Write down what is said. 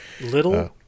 little